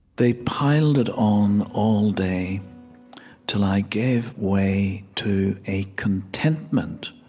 they piled it on all day till i gave way to a contentment